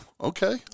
okay